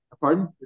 Pardon